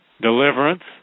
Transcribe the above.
Deliverance